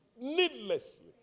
Needlessly